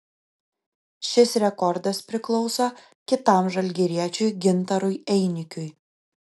šis rekordas priklauso kitam žalgiriečiui gintarui einikiui